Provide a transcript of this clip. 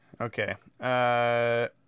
Okay